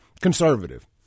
conservative